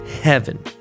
Heaven